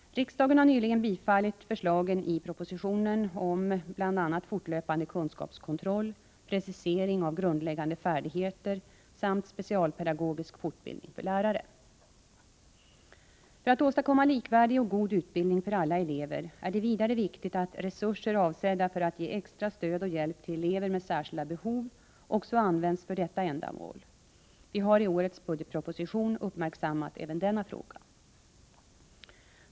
Riksdagen har nyligen bifallit förslagen i propositionen om bl.a. fortlöpande kunskapskontroll, precisering av grundläggande färdigheter samt specialpedagogisk fortbildning för lärare. För att åstadkomma likvärdig och god utbildning för alla elever är det vidare viktigt att resurser avsedda för att ge extra stöd och hjälp till elever med särskilda behov också används för detta ändamål. Vi har i årets budgetproposition uppmärksammat även denna fråga.